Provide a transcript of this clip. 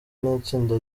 n’itsinda